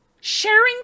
Sharing